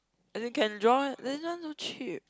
as in can draw one this one so cheap